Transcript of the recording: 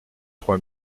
trois